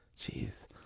Jeez